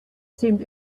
seemed